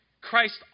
Christ